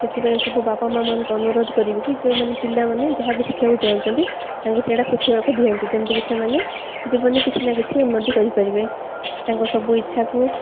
ସେଥିପାଇଁ ସବୁ ବାପା ମା' ମାନଙ୍କୁ ଅନୁରୋଧ କରିବି ଯେଉଁମାନେ ପିଲାମାନେ ଯାହା ବିି ଶିଖିବାକୁ ଚାହୁଁଛନ୍ତି ତାଙ୍କୁ ସେଇଟା ଶିଖିବାକୁ ଦିଅନ୍ତୁ ଯେମିତିକି ସେମାନେ ଜୀବନ କିଛି ନା କିଛି ଉନ୍ନତି କରିପାରିବେ ତାଙ୍କ ସବୁ ଇଚ୍ଛାକୁ